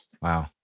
Wow